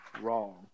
wrong